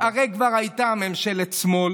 הרי כבר הייתה ממשלת שמאל,